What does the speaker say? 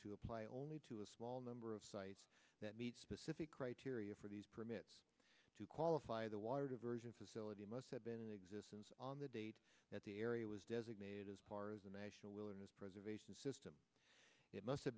to apply only to a small number of sites that meet specific criteria for these permits to qualify the water diversion facility must have been in existence on the date that the area was designated as part of the national wilderness preservation system it must have